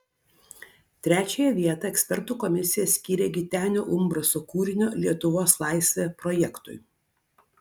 trečiąją vietą ekspertų komisija skyrė gitenio umbraso kūrinio lietuvos laisvė projektui